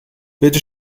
bitte